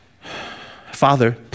Father